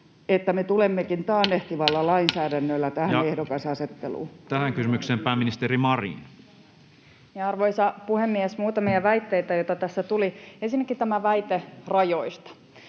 että me tulemmekin taannehtivalla lainsäädännöllä tähän ehdokasasetteluun? Ja tähän kysymykseen vastaa pääministeri Marin. Arvoisa puhemies! Muutamia väitteitä, joita tässä tuli. Ensinnäkin tämä väite rajoista.